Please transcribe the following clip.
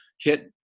hit